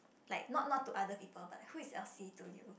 like not not to other people but who is Elsie to you